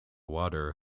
water